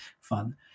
fun